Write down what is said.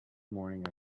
morning